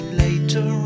later